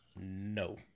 No